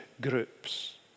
groups